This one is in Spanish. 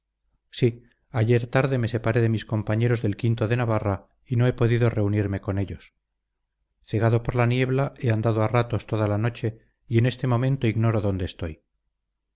sí ayer tarde me separé de mis compañeros del o de navarra y no he podido reunirme con ellos cegado por la niebla he andado a ratos toda la noche y en este momento ignoro dónde estoy